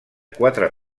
quatre